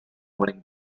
winning